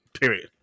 Period